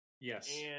Yes